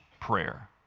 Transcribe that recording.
prayer